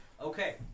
Okay